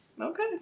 okay